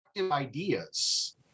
ideas